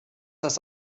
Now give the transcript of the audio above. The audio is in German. das